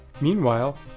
Meanwhile